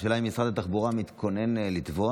השאלה היא אם משרד התחבורה מתכונן לתבוע